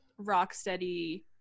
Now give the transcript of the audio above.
Rocksteady